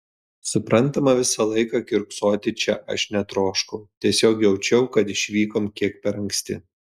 suprantama visą laiką kiurksoti čia aš netroškau tiesiog jaučiau kad išvykom kiek per anksti